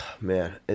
man